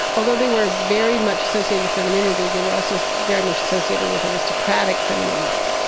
although they were very much associated with femininity, they were also very much associated with aristocratic femininity.